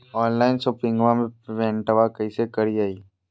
Online शोपिंगबा में पेमेंटबा कैसे करिए?